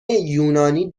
یونانی